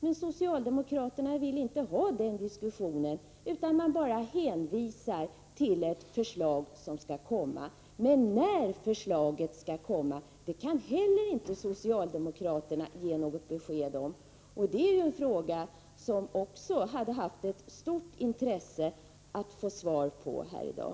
Men socialdemokraterna vill inte ta upp den diskussionen, utan de hänvisar bara till ett förslag som skall komma. Men när förslaget skall komma kan socialdemokraterna inte heller ge något besked om. Det är en fråga som det också hade varit av stort intresse att få svar på här i dag.